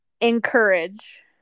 Encourage